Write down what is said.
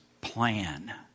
plan